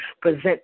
present